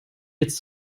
jetzt